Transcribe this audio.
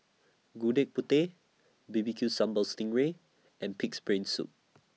Gudeg Putih B B Q Sambal Sting Ray and Pig'S Brain Soup